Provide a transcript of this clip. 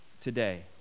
today